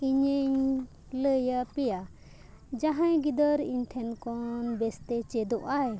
ᱤᱧᱤᱧ ᱞᱟᱹᱭᱟᱯᱮᱭᱟ ᱡᱟᱦᱟᱸᱭ ᱜᱤᱫᱟᱹᱨ ᱤᱧ ᱴᱷᱮᱱ ᱠᱷᱚᱱ ᱵᱮᱥᱛᱮ ᱪᱮᱫᱚᱜ ᱟᱭ